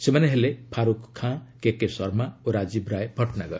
ସେମାନେ ହେଲେ ଫାରୁଖ ଖାଁ କେକେ ଶର୍ମା ଓ ରାଜୀବ ରାୟ ଭଟନାଗର